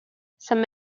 some